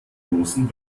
großen